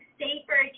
safer